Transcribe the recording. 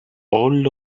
all